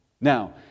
Now